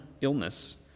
illness